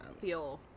feel